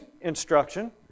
instruction